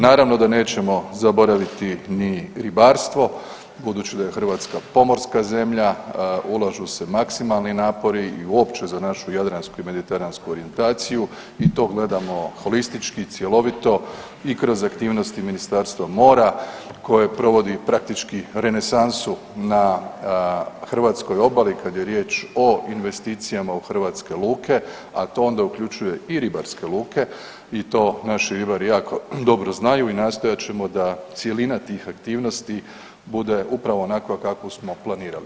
Naravno da nećemo zaboraviti ni ribarstvo budući da je Hrvatska pomorska zemlja, ulažu se maksimalni napori i uopće za našu jadransku i mediteransku orijentaciju i to gledamo holistički, cjelovito i kroz aktivnosti Ministarstva mora koje provodi praktički, renesansu na hrvatskoj obali kad je riječ o investicijama u hrvatske luke, a to onda uključuje i ribarske luke i to naši ribari jako dobro znaju i nastojat ćemo da cjelina tih aktivnosti bude upravo onakva kakvu smo planirali.